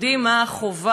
יודעים מה החובה,